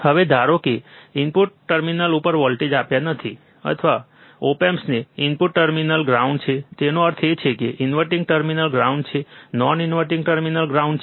હવે ધારો કે તમે ઇનપુટ ટર્મિનલ ઉપર વોલ્ટેજ આપ્યા નથી અથવા ઓપ એમ્પ્સનો ઇનપુટ ટર્મિનલ ગ્રાઉન્ડ છે તેનો અર્થ એ છે કે ઇન્વર્ટીંગ ટર્મિનલ ગ્રાઉન્ડ છે નોન ઇન્વર્ટીંગ ટર્મિનલ ગ્રાઉન્ડ છે